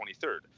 23rd